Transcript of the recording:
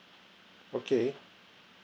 okay